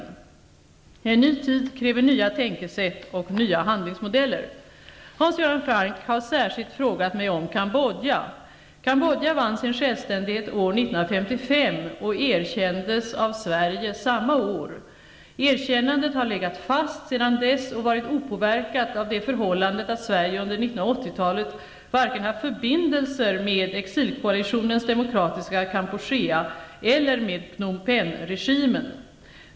En ny tid kräver nya tänkesätt och nya handlingsmodeller. Hans Göran Franck har särskilt frågat mig om 1955 och erkändes av Sverige samma år. Erkännandet har legat fast sedan dess och varit opåverkat av det förhållandet att Sverige under 1980-talet varken haft förbindelser med exilkoalitionens Demokratiska Kampuchea eller med Phnom Penh-regimen.